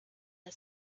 her